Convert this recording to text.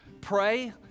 pray